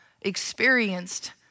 experienced